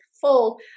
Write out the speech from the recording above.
full